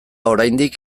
oraindik